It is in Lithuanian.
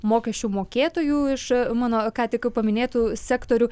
mokesčių mokėtojų iš mano ką tik paminėtų sektorių